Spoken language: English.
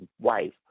wife